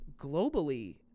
globally